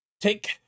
take